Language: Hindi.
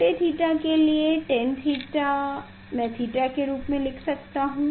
छोटे थीटा के लिए tan थीटा मैं थीटा के रूप में लिख सकता हूं